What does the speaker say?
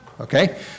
okay